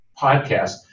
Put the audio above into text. podcast